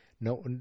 No